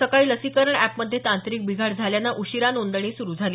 सकाळी लसीकरण अॅप मध्ये तांत्रिक बिघाड झाल्यानं उशिरा नोंदणी सुरू झाली